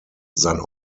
sein